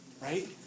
Right